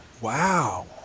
Wow